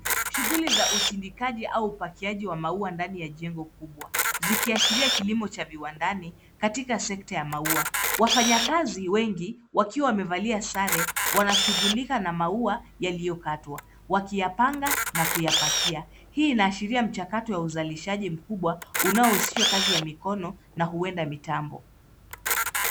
Shughuli za usindikaji au upakiaji wa maua ndani ya jengo kubwa, zikiashiria kilimo cha viwandani katika sekta ya maua Wafanyakazi wengi wakiwa wamevalia sare wanashughulika na maua yaliyo katwa wakiyapanga na kuyapakia. Hii inaashiria mchakato ya uzalishaji mkubwa, unaohusisha kazi ya mikono na huenda mitambo.